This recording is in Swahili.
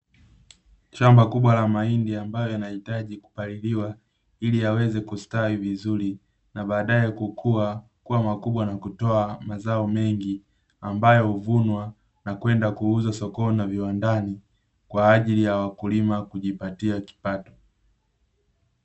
Shamba kubwa la mahindi ambayo yanahitaji kupaliliwa ili yaweze kustawi vizuri, na baadae kukua kuwa makubwa na kutoa mazao mengi ambayo huvunwa, na kwenda kuuzwa sokoni na viwandani kwa ajili ya wakulima kujipatia kipato.